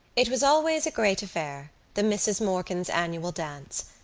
it was always a great affair, the misses morkan's annual dance.